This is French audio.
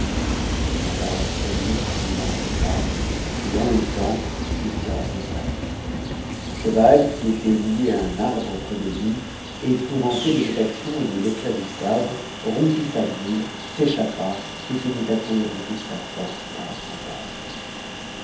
promit qu'il querait pas et en même temps il tira son sabre son cheval qui était lié à un arbre près de lui épouvante de cette action et de l'éclat du sabre rompit sa bride s'échappa et se mit à courir de toute sa force par la campagne